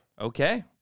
Okay